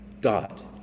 God